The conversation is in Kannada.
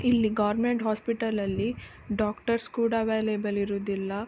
ಇಲ್ಲಿ ಗೌರ್ಮೆಂಟ್ ಹಾಸ್ಪಿಟಲ್ಲಲ್ಲಿ ಡಾಕ್ಟರ್ಸ್ ಕೂಡ ಅವೈಲೇಬಲ್ ಇರೋದಿಲ್ಲ